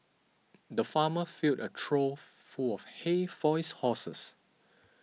the farmer filled a trough full of hay for his horses